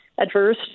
adverse